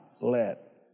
let